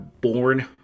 born